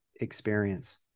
experience